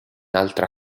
altra